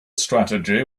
strategy